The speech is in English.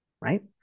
right